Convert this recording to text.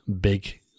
big